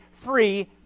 free